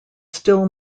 still